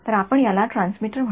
तर आपण याला ट्रान्समीटर म्हणू